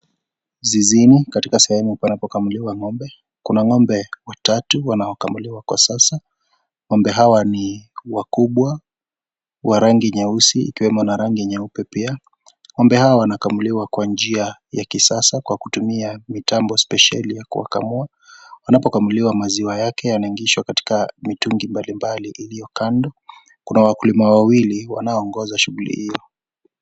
Zizini katika sehemu panapo kamuliwa ng'ombe. Kuna ng'ombe watatu wanaokamuliwa kwa sasa. Ng'ombe hawa ni wakubwa wa rangi nyeusi ikiwemo na rangi nyeupe pia. Ng'ombe hawa wanakamuliwa kwa njia ya kisasa kwa kutumia mitambo spesheli ya kuwakamua. Wanapokamuliwa maziwa yake yanaingizwa katika mitungi mbalimbali iliyokando. Kuna wakulima wawili wanaoongoza shughuli hiyo.